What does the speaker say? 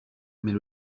mais